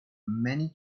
many